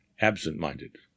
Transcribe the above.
absent-minded